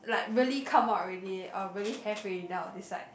like really come out already or really have already then I'll decide